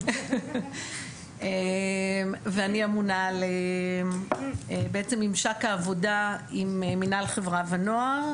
ואני אמונה על בעצם ממשק העבודה עם מינהל חברה ונוער,